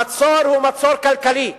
המצור הוא מצור כלכלי.